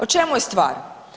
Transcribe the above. U čemu je stvar?